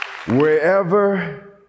Wherever